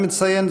אני מציין,